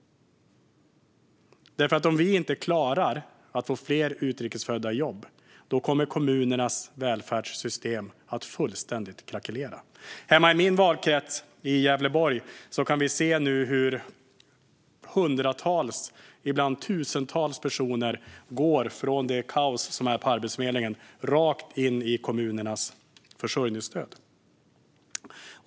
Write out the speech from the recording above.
Om vi inte klarar att få fler utrikes födda i jobb kommer kommunernas välfärdssystem att fullständigt krackelera. Hemma i min valkrets, Gävleborg, kan vi nu se hur hundratals, ibland tusentals, personer går från det kaos som är på Arbetsförmedlingen rakt in i kommunernas försörjningsstöd.